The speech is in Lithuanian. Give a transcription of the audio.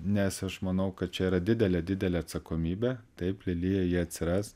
nes aš manau kad čia yra didelė didelė atsakomybė taip lelija ji atsiras